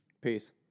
Peace